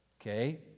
Okay